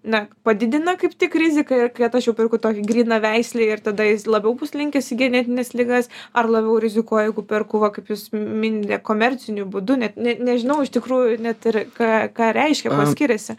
na padidina kaip tik riziką ir kad aš jau perku tokį grynaveislį ir tada jis labiau bus linkęs į genetines ligas ar labiau rizikuoju jeigu perku va kaip jūs minite komerciniu būdu net ne nežinau iš tikrųjų net ir ką ką reiškia kuo skiriasi